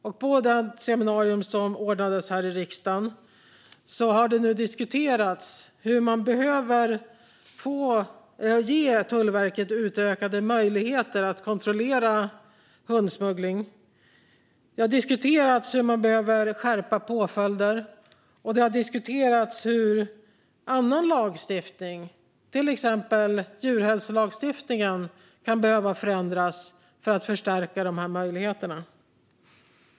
Vid seminariet här i riksdagen diskuterades hur man kan ge Tullverket utökade möjligheter att kontrollera hundsmuggling. Det diskuterades att skärpa påföljder, och det diskuterades hur annan lagstiftning, till exempel djurhälsolagstiftningen, kan behöva förändras för att stärka dessa möjligheter.